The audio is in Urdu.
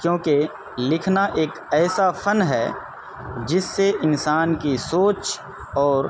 کیونکہ لکھنا ایک ایسا فن ہے جس سے انسان کی سوچ اور